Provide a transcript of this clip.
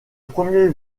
premier